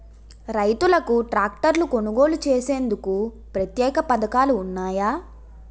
రైతులకు ట్రాక్టర్లు కొనుగోలు చేసేందుకు ప్రత్యేక పథకాలు ఉన్నాయా?